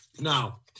Now